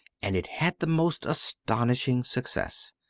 and it had the most astonishing success.